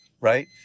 right